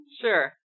Sure